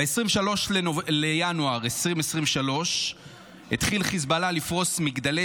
ב-23 בינואר 2023 התחיל חיזבאללה לפרוש מגדלי